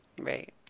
Right